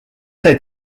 said